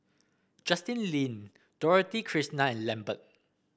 Justin Lean Dorothy Krishnan and Lambert